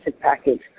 package